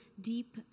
deep